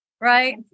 right